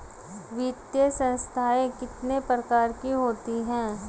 वित्तीय संस्थाएं कितने प्रकार की होती हैं?